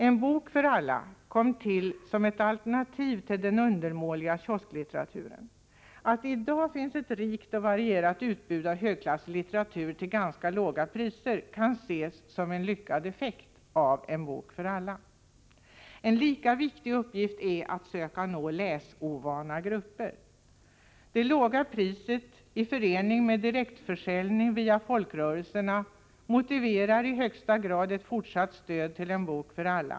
En bok för alla kom till som ett alternativ till den undermåliga kiosklitteraturen. Att det i dag finns ett rikt och varierat utbud av högklassig litteratur till ganska låga priser kan ses som en lyckad effekt av En bok för alla. En lika viktig uppgift är att söka nå läsovana grupper. Det låga priset i förening med direktförsäljning via folkrörelserna motiverar i högsta grad ett fortsatt stöd till En bok för alla.